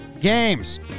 games